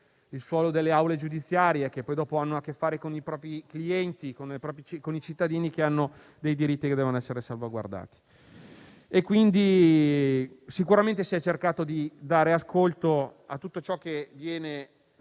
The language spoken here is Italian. il suolo delle aule giudiziarie, che poi hanno a che fare con i propri clienti, con i propri concittadini, che hanno dei diritti che devono essere salvaguardati. Sicuramente si è cercato di dare ascolto a tutte le lamentele,